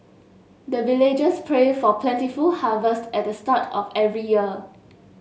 the villagers pray for plentiful harvest at the start of every year